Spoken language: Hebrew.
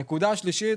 הנקודה השלישית,